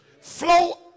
flow